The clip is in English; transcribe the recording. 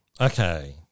Okay